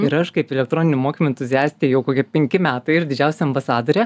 ir aš kaip elektroninių mokymų entuziastė jau kokie penki metai ir didžiausia ambasadorė